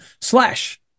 slash